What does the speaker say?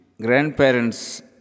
grandparents